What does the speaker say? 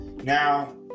Now